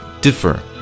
differ